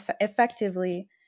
effectively